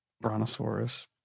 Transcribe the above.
brontosaurus